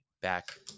back